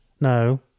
No